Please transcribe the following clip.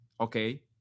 okay